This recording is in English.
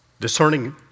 Discerning